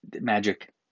magic